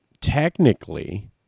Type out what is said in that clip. technically